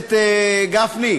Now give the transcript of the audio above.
הכנסת גפני,